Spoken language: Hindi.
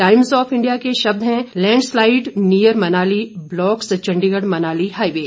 टाइम्स ऑफ इंडिया के शब्द हैं landslide near Manali blocks Chandigarh Manali highway